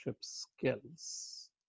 skills